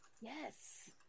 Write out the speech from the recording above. Yes